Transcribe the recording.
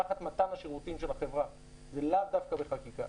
תחת מתן השירותים של החברה ולאו דווקא בחקיקה.